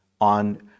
on